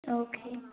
okay